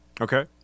Okay